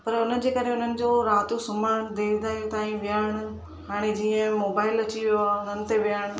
पर हुनजे करे हुननि जो राति जो सुम्हणु देर देर तांई विहणु हाणे जीअं मोबाइल अची वियो आहे हुननि ते विहणु